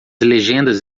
legendas